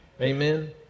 Amen